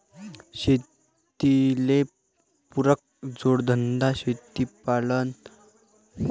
शेतीले पुरक जोडधंदा शेळीपालन करायचा राह्यल्यास कोनच्या योजनेतून होईन?